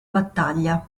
battaglia